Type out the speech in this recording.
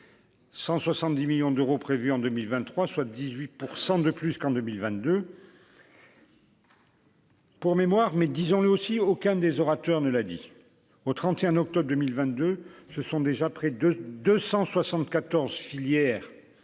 170 millions d'euros prévue en 2023 soit 18 % de plus qu'en 2022. Pour mémoire, mais disons-le aussi, aucun des orateurs ne l'a dit au 31 octobre 2022 ce sont déjà près de 274 filières